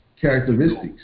characteristics